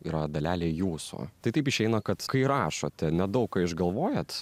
yra dalelė jūsų tai taip išeina kad kai rašote nedaug ką išgalvojat